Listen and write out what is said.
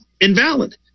invalid